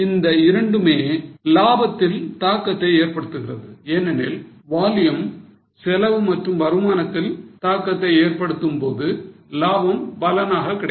இந்த இரண்டுமே லாபத்தில் தாக்கத்தை ஏற்படுத்துகிறது ஏனெனில் volume செலவு மற்றும் வருமானத்தில் தாக்கத்தை ஏற்படுத்தும் போது லாபம் பலனாக கிடைக்கும்